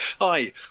hi